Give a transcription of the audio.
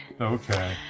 Okay